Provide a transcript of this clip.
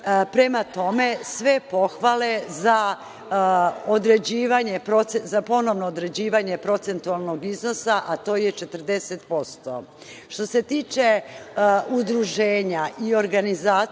Prema tome, sve pohvale za ponovno određivanje procentualnog iznosa, a to je 40%.Što se tiče udruženja i organizacija